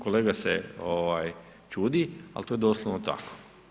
Kolega se čudi ali to je doslovno tako.